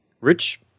rich